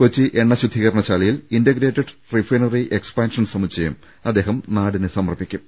കൊച്ചി എണ്ണ ശുദ്ധീകര ണശാലയിൽ ഇന്റഗ്രേറ്റഡ് റിഫൈനറി എക്സ്പാൻഷൻ സമു ച്ചയം അദ്ദേഹം നാടിന് സമർപ്പിക്കും